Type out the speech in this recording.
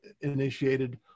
initiated